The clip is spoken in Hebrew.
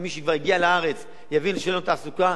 ומי שכבר הגיע לארץ יבין שאין לו תעסוקה,